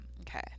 Okay